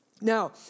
Now